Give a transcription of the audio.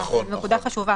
נקודה חשובה